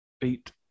beat